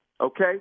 okay